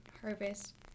harvest